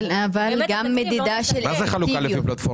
כן, אבל גם מדידה של אפקטיביות.